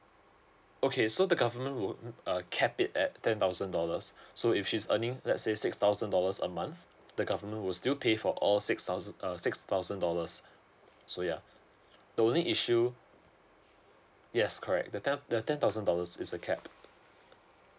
okay so the government would uh cap it at ten thousand dollars so if she's earning let's say six thousand dollars a month the government will still pay for all six thousand uh six thousand dollars so yeah the only issue yes correct the the ten thousand dollars is a cap